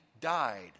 died